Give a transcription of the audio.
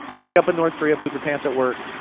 wake up in north korea, poop your pants at work?